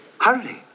Hurry